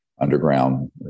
underground